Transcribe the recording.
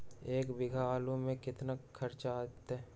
एक बीघा आलू में केतना खर्चा अतै?